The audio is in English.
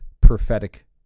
prophetic